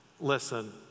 Listen